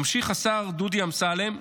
ממשיך השר דודי אמסלם,